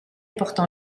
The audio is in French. portant